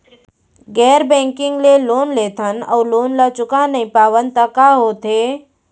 गैर बैंकिंग ले लोन लेथन अऊ लोन ल चुका नहीं पावन त का होथे?